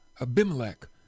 Abimelech